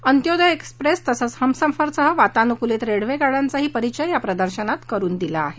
अंत्योदय express तसंच हमसफरसह वातानुकुलित रेल्वेगाड्यांचाही परिचय या प्रदर्शनात करून दिला आहे